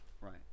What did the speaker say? Right